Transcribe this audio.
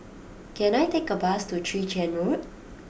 can I take a bus to Chwee Chian Road